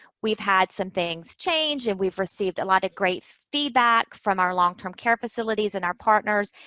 we've had some things change, and we've received a lot of great feedback from our long-term care facilities and our partners.